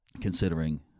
considering